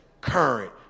current